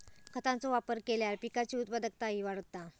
खतांचो वापर केल्यार पिकाची उत्पादकताही वाढता